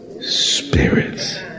spirits